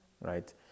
right